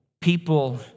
people